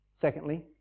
Secondly